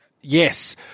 yes